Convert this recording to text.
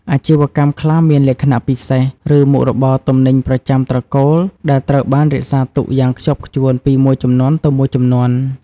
អាជីវកម្មខ្លះមានលក្ខណៈពិសេស ឬមុខទំនិញប្រចាំត្រកូលដែលត្រូវបានរក្សាទុកយ៉ាងខ្ជាប់ខ្ជួនពីមួយជំនាន់ទៅមួយជំនាន់។